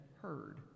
heard